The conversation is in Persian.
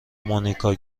مونیکا